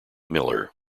miller